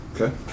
Okay